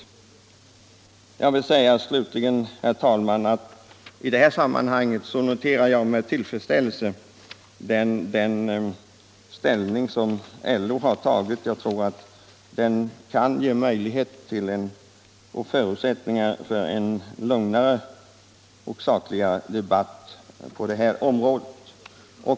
Jag vill i det här sammanhanget slutligen säga, herr talman, att jag med tillfredsställelse noterar den ställning som LO har intagit. Den kan ge förutsättningar för en lugnare och sakligare debatt på området.